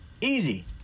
easy